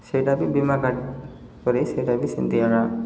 ସେଇଟା ବି ବୀମା କାର୍ଡ଼୍ କରି ସେଇଟା ବି ସେମିତି ଏକା